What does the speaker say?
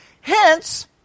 Hence